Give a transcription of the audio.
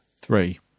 three